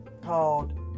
called